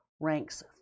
ranks